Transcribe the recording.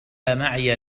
معي